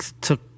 took